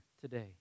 today